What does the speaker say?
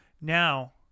now